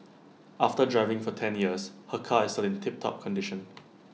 after driving for ten years her car is still in tiptop condition